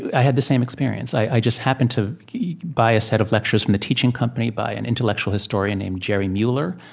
i had the same experience. i just happened to buy a set of lectures from the teaching company by an intellectual historian named jerry muller.